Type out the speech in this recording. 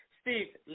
Steve